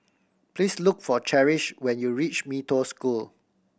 please look for Cherish when you reach Mee Toh School